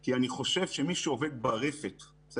כי אני חושב שמי שעובד ברפת הישראלית,